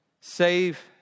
save